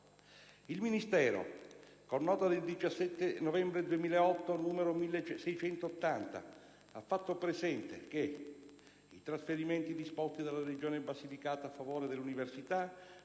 il Ministero, con nota del 17 novembre 2008, n. 1680, ha fatto presente che "i trasferimenti disposti dalla Regione Basilicata a favore dell'Università